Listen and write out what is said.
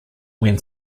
when